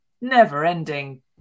never-ending